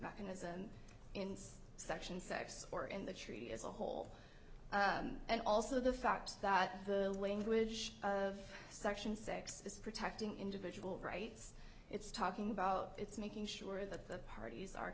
mechanism in section sex or in the treaty as a whole and also the fact that the language of section six this is protecting individual rights it's talking about it's making sure that the parties are